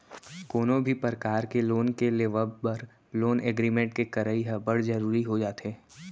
कोनो भी परकार के लोन के लेवब बर लोन एग्रीमेंट के करई ह बड़ जरुरी हो जाथे